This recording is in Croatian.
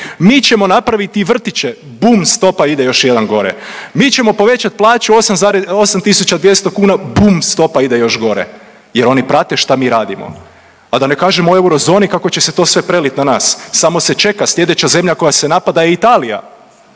mi ćemo napraviti vrtiće, bum stopa ide još 1 gore, mi ćemo povećat plaću 8.200 kuna, bum stopa ide još gore jer oni prate šta mi radimo, a da ne kažem u eurozoni kako će se to sve prelit na nas, samo se čeka, slijedeća zemlja koja se napada je Italija,